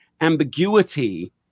ambiguity